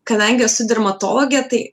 kadangi esu dermatologė tai